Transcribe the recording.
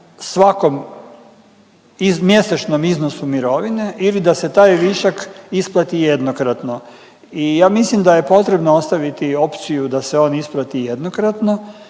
svakom mjesečnom iznosu mirovine ili da se taj višak isplati jednokratno. I ja mislim da je potrebno ostaviti opciju da se on isplati jednokratno